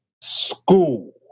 school